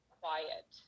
quiet